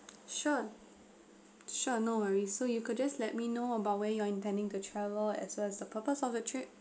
sure sure no worries so you could just let me know about where you are intending to travel as well as the purpose of the trip